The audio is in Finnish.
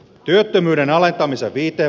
työttömyyden alentamiseen riittää